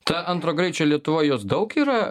ta antro greičio lietuva jos daug yra